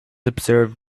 observed